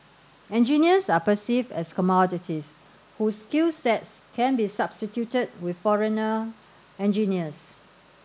engineers are perceived as commodities whose skills sets can be substituted with foreigner engineers